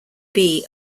bee